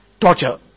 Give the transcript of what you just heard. torture